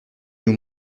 nous